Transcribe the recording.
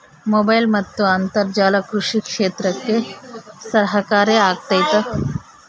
Mobile ಮತ್ತು ಅಂತರ್ಜಾಲ ಕೃಷಿ ಕ್ಷೇತ್ರಕ್ಕೆ ಸಹಕಾರಿ ಆಗ್ತೈತಾ?